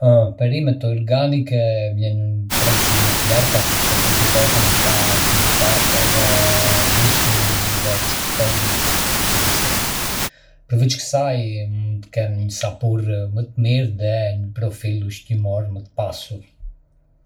Hëh, perimet organike vlejnë prezzi më të lartë sepse kultivohen pa kimikate të dëmshme dhe respektojnë mjedisin. Përveç kësaj, mund të kenë një sapur më të mirë dhe një profil ushqimor më të pasur.